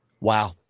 Wow